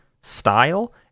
style